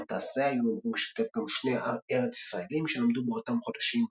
במטס זה היו אמורים להשתתף גם שני ארצישראלים שלמדו באותם חודשים